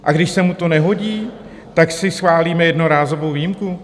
A když se mu to nehodí, tak si schválíme jednorázovou výjimku?